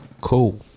Cool